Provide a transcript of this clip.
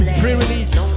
pre-release